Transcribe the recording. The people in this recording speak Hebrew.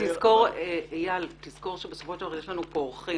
זכור שבסופו של דבר יש לנו פה אורחים